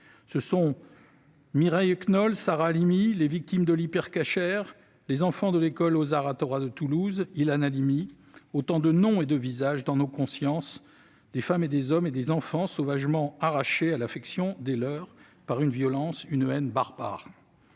tue : Mireille Knoll, Sarah Halimi, les victimes de l'Hyper Cacher, les enfants de l'école Ozar Hatorah de Toulouse, Ilan Halimi, autant de noms et de visages dans nos consciences, des femmes, des hommes et des enfants sauvagement arrachés à l'affection des leurs par une violence et une haine barbares.